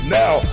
now